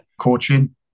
coaching